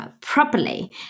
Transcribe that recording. properly